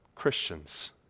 Christians